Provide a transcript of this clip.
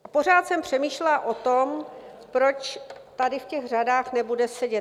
A pořád jsem přemýšlela o tom, proč tady v těch řadách nebude sedět.